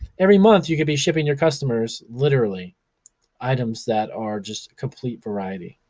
every month your could be shipping your customers literally items that are just complete variety,